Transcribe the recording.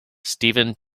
steven